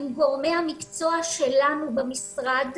עם גורמי המקצוע שלנו במשרד,